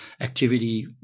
activity